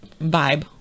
vibe